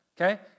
okay